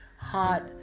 hot